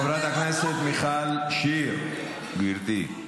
חברת הכנסת מיכל שיר, גברתי.